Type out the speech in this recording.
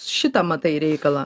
šitą matai reikalą